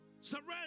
Surrender